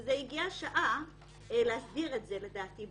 לדעתי, הגיעה השעה להסדיר את זה בחוק,